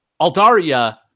Aldaria